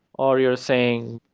or you're saying,